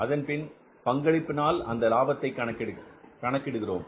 அதன்பின் பங்களிப்பினால் அந்த லாபத்தை கணக்கிடுகிறோம்